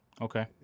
Okay